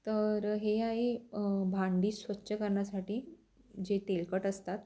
तर हे आहे भांडी स्वच्छ करण्यासाठी जे तेलकट असतात